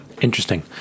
interesting